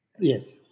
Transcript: Yes